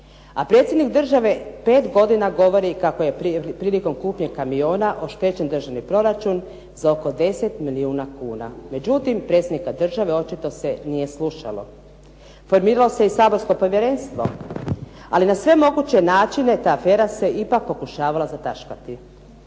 A predsjednik države pet godina govori kako je prilikom kupnje kamiona oštećen državni proračun za oko 10 milijuna kuna, međutim predsjednika države očito se nije slušalo. Formiralo se i saborsko povjerenstvo ali na sve moguće načine ta afera se ipak pokušavala zataškati.